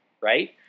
right